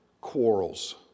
quarrels